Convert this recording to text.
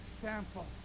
example